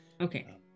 Okay